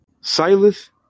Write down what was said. Silas